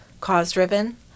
cause-driven